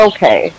Okay